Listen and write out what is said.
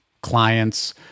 clients